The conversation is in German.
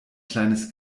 kleines